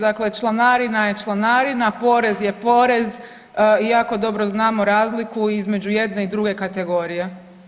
Dakle, članarina je članarina, porez je porez, jako dobro znamo razliku između jedne i druge kategorije.